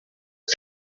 was